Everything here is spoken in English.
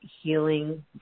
healing